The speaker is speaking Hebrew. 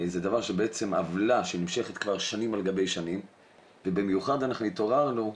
זו עוולה שנמשכת כבר שנים על גבי שנים ובמיוחד אנחנו התעוררנו,